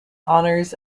honors